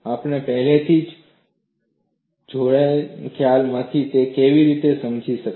આપણે પહેલેથી જ જોયેલા ખ્યાલોમાંથી તે કેવી રીતે સમજાવી શકાય